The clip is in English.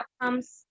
outcomes